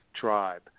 tribe